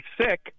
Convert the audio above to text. sick